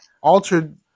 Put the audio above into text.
altered